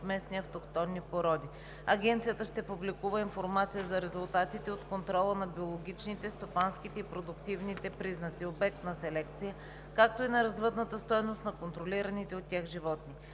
от местни (автохтонни) породи. Агенцията ще публикува информация за резултатите от контрола на биологичните, стопанските и продуктивните признаци – обект на селекция, както и на развъдната стойност на контролираните от тях животни.